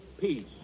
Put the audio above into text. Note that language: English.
peace